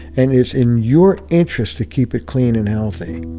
and it's in your interest to keep it clean and healthy.